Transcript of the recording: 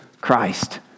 Christ